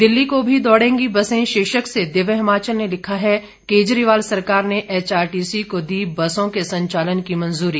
दिल्ली को भी दौड़ेंगी बसें शीर्षक से दिव्य हिमाचल ने लिखा है केजरीवाल सरकार ने एचआरटीसी को दी बसों के संचालन की मंजूरी